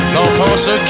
L'enfance